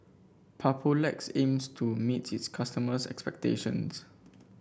Papulex aims to meet its customers' expectations